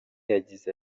yagize